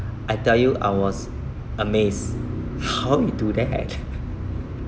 I tell you I was amazed how he do that